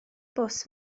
bws